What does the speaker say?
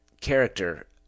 character